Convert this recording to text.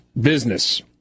business